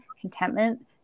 contentment